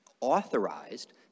authorized